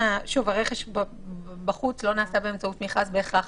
הרכש בחוץ לא נעשה באמצעות מכרז בהכרח